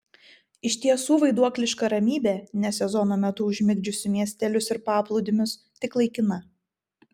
iš tiesų vaiduokliška ramybė ne sezono metu užmigdžiusi miestelius ir paplūdimius tik laikina